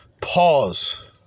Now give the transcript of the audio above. pause